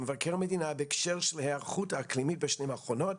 ומבקר המדינה בהקשר של ההיערכות האקלימית בשנים האחרונות,